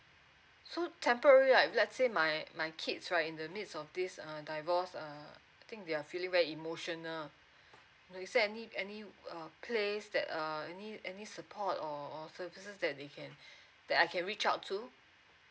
so temporary like let's say my my kids right in the midst of this err divorce err I think they are feeling very emotional is there any any uh place that uh any any support or or services that they can that I can reach out to